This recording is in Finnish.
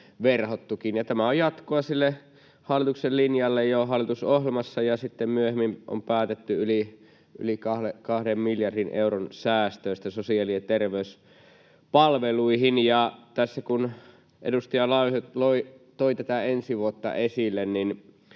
Tämä on jatkoa sille hallituksen linjalle jo hallitusohjelmassa, ja sitten myöhemmin on päätetty yli kahden miljardin euron säästöistä sosiaali- ja terveyspalveluihin. Tässä kun edustaja Laiho toi tätä ensi vuotta esille, niin